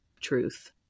truth